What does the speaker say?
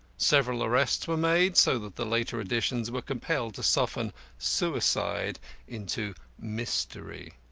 several arrests were made, so that the later editions were compelled to soften suicide into mystery.